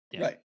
Right